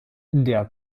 der